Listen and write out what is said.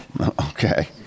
Okay